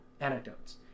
Anecdotes